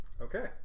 Okay